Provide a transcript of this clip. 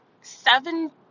seven